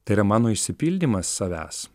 tai yra mano išsipildymas savęs